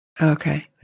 Okay